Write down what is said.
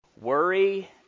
Worry